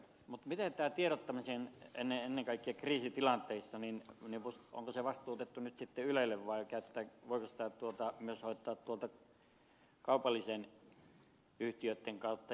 mutta miten tämä tiedottaminen ennen kaikkea kriisitilanteissa onko se vastuutettu nyt sitten ylelle vai voiko sitä hoitaa myös tuolta kaupallisten yhtiöitten kautta